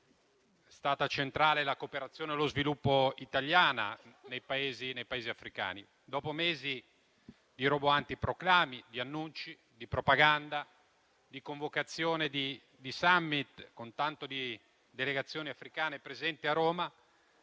stata centrale la cooperazione italiana allo sviluppo nei Paesi africani. Dopo mesi di roboanti proclami, di annunci, di propaganda, di convocazione di *summit* con tanto di delegazioni africane presenti a Roma,